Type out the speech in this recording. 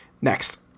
Next